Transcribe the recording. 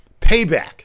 Payback